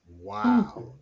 Wow